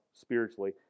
spiritually